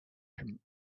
him